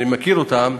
אני מכיר אותם,